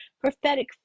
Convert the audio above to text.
prophetic